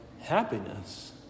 happiness